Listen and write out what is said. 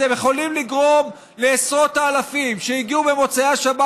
אתם יכולים לגרום לעשרות האלפים שהגיעו במוצאי השבת